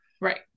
right